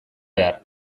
behar